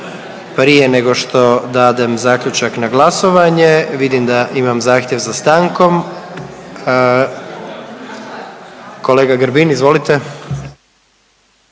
Prije nego što dam zaključak na glasovanje imamo zahtjev za stankom, kolegice Jeckov izvolite.